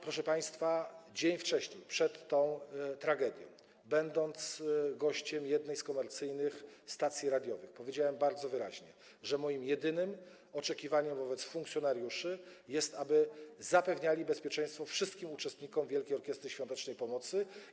Proszę państwa, dzień przed tą tragedią, będąc gościem jednej z komercyjnych stacji radiowych, powiedziałem bardzo wyraźnie, że moim jedynym oczekiwaniem wobec funkcjonariuszy jest to, aby zapewniali bezpieczeństwo wszystkim uczestnikom Wielkiej Orkiestry Świątecznej Pomocy.